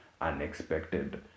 unexpected